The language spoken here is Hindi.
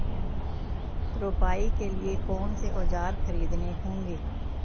रोपाई के लिए कौन से औज़ार खरीदने होंगे?